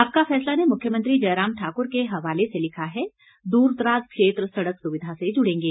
आपका फैसला ने मुख्यमंत्री जयराम ठाकुर के हवाले से लिखा है दूरदराज क्षेत्र सड़क सुविधा से जुड़ेंगे